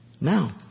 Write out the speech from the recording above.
Now